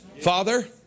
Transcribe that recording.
Father